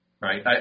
Right